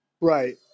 Right